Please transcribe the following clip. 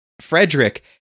frederick